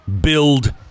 build